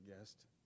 guest